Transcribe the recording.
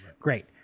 Great